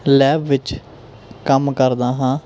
lab ਵਿੱਚ ਕੰਮ ਕਰਦਾ ਹਾਂ